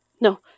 No